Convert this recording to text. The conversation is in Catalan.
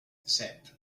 set